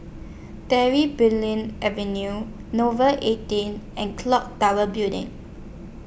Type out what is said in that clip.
Davy Bulan Avenue Nouvel eighteen and Clock Tower Building